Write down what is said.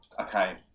okay